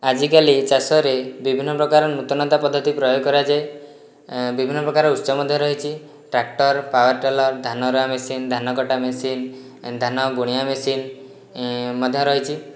ଆଜିକାଲି ଚାଷରେ ବିଭିନ୍ନ ପ୍ରକାର ନୂତନତା ପଦ୍ଧତି ପ୍ରୟୋଗ କରାଯାଏ ବିଭିନ୍ନ ପ୍ରକାର ଉତ୍ସ ମଧ୍ୟ ରହିଛି ଟ୍ରାକ୍ଟର ପାୱାର ଟିଲର ଧାନ ରୁଆ ମେସିନ ଧାନ କଟା ମେସିନ ଧାନ ବୁଣିବା ମେସିନ ମଧ୍ୟ ରହିଛି